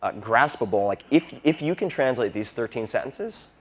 ah graspable like if if you can translate these thirteen sentences,